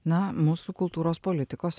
na mūsų kultūros politikos